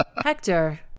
hector